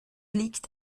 liegt